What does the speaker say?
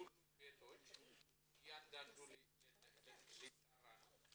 מתי קרה המקרה ביפו?